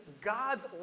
God's